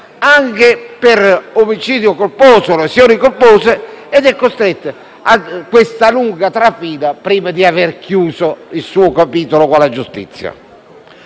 anche per omicidio colposo o lesioni colpose ed è soggetto a questa lunga trafila prima di aver chiuso il suo capitolo con la giustizia.